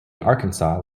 arkansas